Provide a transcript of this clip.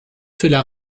cela